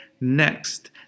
Next